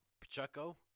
Pacheco